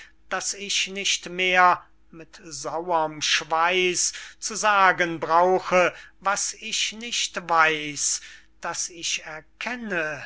daß ich nicht mehr mit sauerm schweiß zu sagen brauche was ich nicht weiß daß ich erkenne